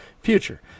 future